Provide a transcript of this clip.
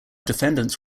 defendants